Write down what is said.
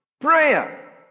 prayer